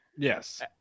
Yes